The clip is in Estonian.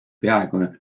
peaaegu